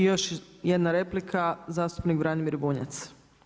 I još jedna replika zastupnik Branimir Bunjac.